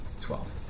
Twelve